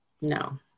No